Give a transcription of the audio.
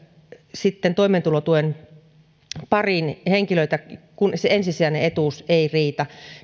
sitten toimeentulotuen pariin henkilöitä kun se ensisijainen etuus ei riitä